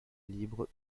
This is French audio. libre